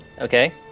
Okay